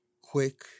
quick